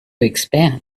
expand